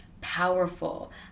powerful